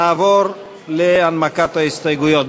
נעבור להנמקת ההסתייגויות.